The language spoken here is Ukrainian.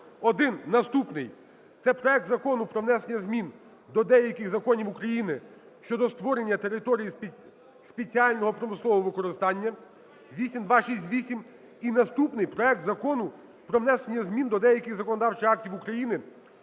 Один, наступний – це проект Закону про внесення змін до деяких законів України щодо створення території спеціального промислового використання (8268) і наступний проект Закону про внесення змін до деяких законодавчих актів України